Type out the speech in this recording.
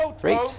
Great